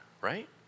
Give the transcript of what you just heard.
right